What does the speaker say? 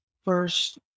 first